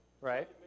right